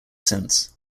since